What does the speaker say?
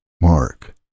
Mark